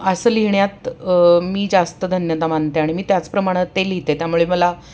असं लिहिण्यात मी जास्त धन्यता मानते आणि मी त्याचप्रमाणात ते लिहिते त्यामुळे मला